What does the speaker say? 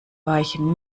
weichen